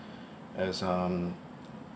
as um